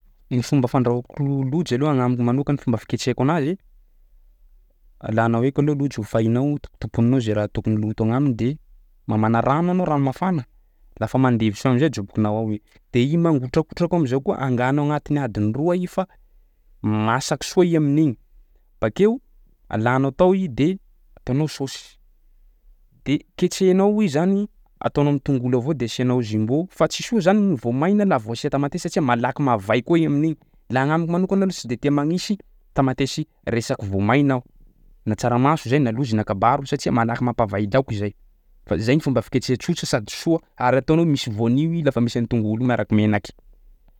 Ny fomba fandrahoiko lojy aloha agnamiko manokany fomba fiketrehiko anazy: alanao eky aloha lojy hofainao, tokotomponinao zay raha tokony loto agnaminy de mamana rano anao rano mafana, lafa mandevy soa am'zay ajobokinao ao i. De i mangotrakotraka am'zao koa angano agnatin'ny adiny roa i fa masaky soa i amin'igny. Bakeo alanao tao i de ataonao saosy, de ketrehinao i zany ataonao am'tongolo avao de asianao jumbo fa tsy soa zany ny voamaina laha vao asià tamatesy satsia malaky mavay koa i amin'igny. Laha agnamiko manokana aloha sy de tia magnisy tamatesy resaky voamaina aho na tsaramaso zay na lojy na kabaro satsia malaky mampavay laoky zay. Fa zay ny fomba fiketreha tsotra sady soa ary ataonao misy voanio i lafa misy an'tongolo io miaraky menaky.